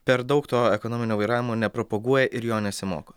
per daug to ekonominio vairavimo nepropaguoja ir jo nesimoko